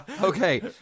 Okay